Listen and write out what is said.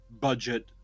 budget